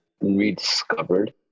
rediscovered